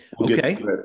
Okay